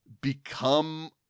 become